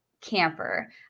camper